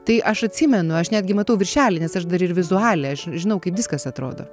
tai aš atsimenu aš netgi matau viršelį nes aš dar ir vizualė aš žinau kaip viskas atrodo